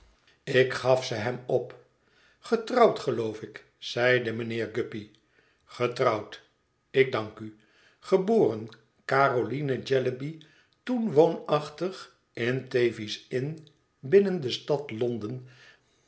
ik gaf ze hem op getrouwd geloof ik zeide mijnheer guppy getrouwd ik dank u geboren caroline jellyby toen woonachtig in thavies inn binnen de stad londen